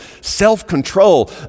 self-control